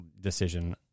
decision